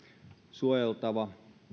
suojeltava